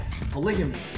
polygamy